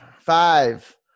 Five